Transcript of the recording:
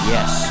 Yes